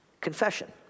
confession